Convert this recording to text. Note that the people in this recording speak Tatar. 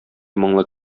моңлы